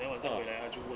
then 我再回来他就问